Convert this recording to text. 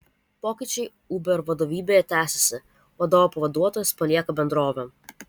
pokyčiai uber vadovybėje tęsiasi vadovo pavaduotojas palieka bendrovę